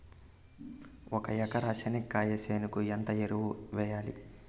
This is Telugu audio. ఒక ఎకరా చెనక్కాయ చేనుకు ఎంత ఎరువులు వెయ్యాలి?